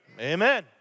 Amen